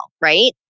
right